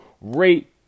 rate